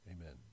amen